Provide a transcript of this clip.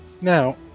Now